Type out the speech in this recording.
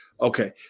Okay